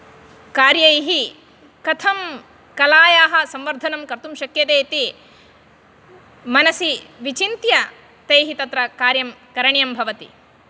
कार्यैः कथं कलायाः संवर्धनं कर्तुं शक्यते इति मनसि विचिन्त्य तैः तत्र कार्यं करणियं भवति